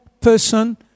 person